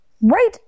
Right